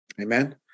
Amen